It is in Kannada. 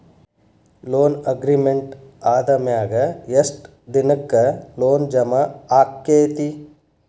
ಲೊನ್ ಅಗ್ರಿಮೆಂಟ್ ಆದಮ್ಯಾಗ ಯೆಷ್ಟ್ ದಿನಕ್ಕ ಲೊನ್ ಜಮಾ ಆಕ್ಕೇತಿ?